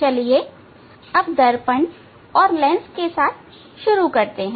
चलिए अब दर्पण और लेंस के साथ शुरू करते हैं